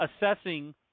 assessing